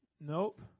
Nope